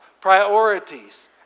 priorities